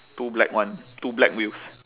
two black one two black wheels